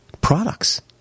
products